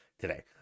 today